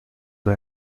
the